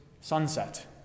sunset